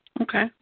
Okay